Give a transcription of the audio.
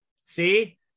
see